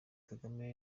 kagame